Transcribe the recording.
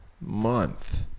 month